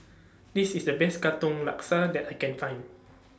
This IS The Best Katong Laksa that I Can Find